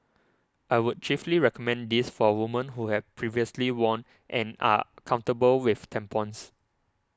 I would chiefly recommend this for women who have previously worn and are comfortable with tampons